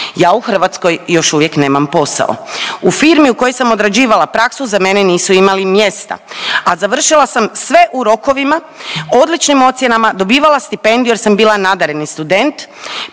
ja u Hrvatskoj još uvijek nemam posao. U firmi u kojoj sam odrađivala praksu za mene nisu imali mjesta, a završila sam sve u rokovima, odličnim ocjenama, dobivala stipendiju jer sam bila nadareni student,